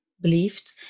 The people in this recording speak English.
Believed